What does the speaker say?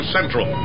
Central